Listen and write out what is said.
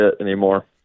anymore